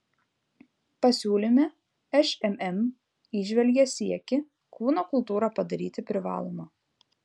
pasiūlyme šmm įžvelgia siekį kūno kultūrą padaryti privaloma